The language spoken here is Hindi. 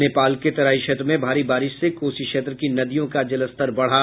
नेपाल के तराई क्षेत्र में भारी बारिश से कोसी क्षेत्र की नदियों का जलस्तर बढ़ा